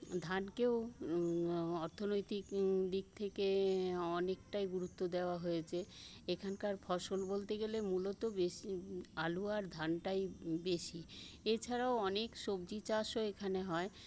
ধানকেও অর্থনৈতিক দিক থেকে অনেকটাই গুরুত্ব দেওয়া হয়েছে এখানকার ফসল বলতে গেলে মূলত বেশি আলু আর ধানটাই বেশি এছাড়াও অনেক সবজি চাষও এখানে হয়